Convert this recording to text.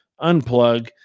unplug